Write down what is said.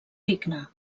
digne